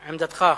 עמדתך?